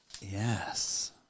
Yes